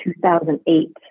2008